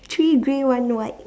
three grey one white